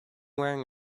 wearing